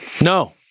No